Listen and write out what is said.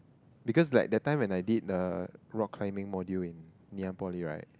because like that time when I did the rock climbing module in Ngee-Ann-Poly right